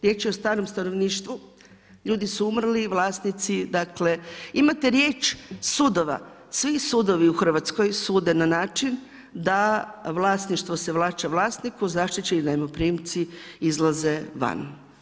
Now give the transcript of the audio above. Riječ je o starom stanovništvu, ljudi su umrli i vlasnici dakle, imate riječ sudova, svi sudovi u Hrvatskoj sude na način da vlasništvo se vraća vlasniku, zaštićeni najmoprimci izlaze van.